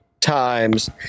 times